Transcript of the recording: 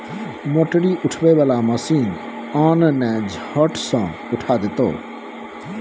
मोटरी उठबै बला मशीन आन ने झट सँ उठा देतौ